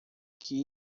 que